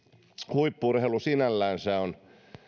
huippu urheilu sinällänsä on